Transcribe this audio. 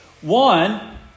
one